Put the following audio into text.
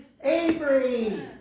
Avery